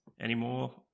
anymore